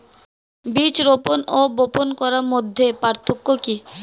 বীজ রোপন ও বপন করার মধ্যে পার্থক্য কি?